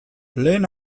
lehen